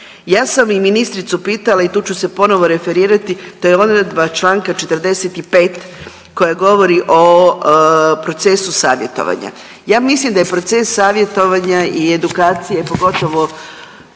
ja sam i ministricu pitala i tu ću se ponovo referirati to je odredba čl. 45. koja govori o procesu savjetovanja. Ja mislim da je proces savjetovanja i edukacije, pogotovo